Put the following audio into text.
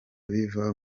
biva